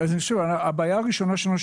הבעיה הראשונה שלנו.